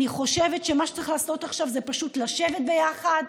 אני חושבת שמה שצריך לעשות עכשיו זה פשוט לשבת ביחד,